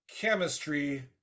chemistry